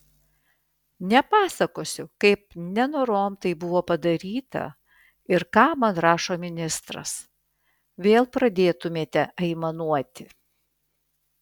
nepasakosiu kaip nenorom tai buvo padaryta ir ką man rašo ministras vėl pradėtumėte aimanuoti